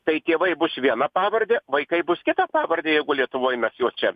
tai tėvai bus viena pavarde vaikai bus kita pavarde jeigu lietuvoj mes jau čia